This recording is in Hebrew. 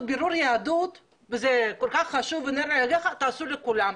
בירור יהדות וזה כל כך חשוב תעשו לכולם,